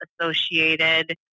associated